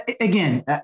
Again